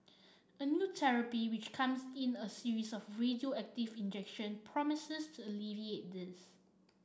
a new therapy which comes in a series of radioactive injection promises to alleviate this